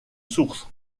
source